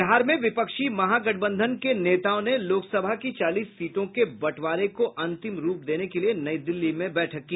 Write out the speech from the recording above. बिहार में विपक्षी महागठबंधन के नेताओं ने लोकसभा की चालीस सीटों के बंटवारे को अंतिम रूप देने के लिए नई दिल्ली में बैठक की